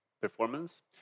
performance